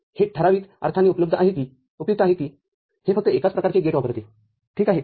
हे ठराविक अर्थाने उपयुक्त आहे की हे फक्त एकाच प्रकारचे गेट वापरते ठीक आहे